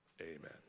Amen